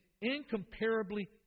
incomparably